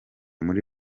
muri